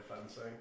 fencing